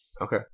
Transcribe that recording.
Okay